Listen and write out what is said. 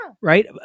Right